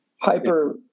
hyper